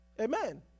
Amen